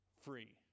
free